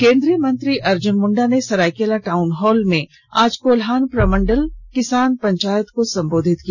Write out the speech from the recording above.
केंद्रीय मंत्री अर्जुन मुंडा ने सरायकेला टाउन हॉल में आज कोल्हान प्रमंडल किसान पंचायत को संबोधित किया